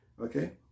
Okay